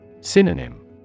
Synonym